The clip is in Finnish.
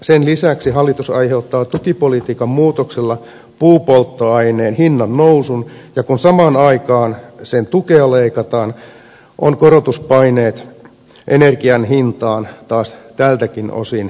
sen lisäksi hallitus ai heuttaa tukipolitiikan muutoksella puupolttoaineen hinnannousun ja kun samaan aikaan sen tukea leikataan ovat korotuspaineet energian hintaan taas tältäkin osin kovat